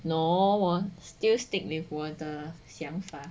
nor 我 still stick with 我的想法